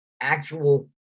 actual